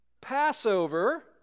Passover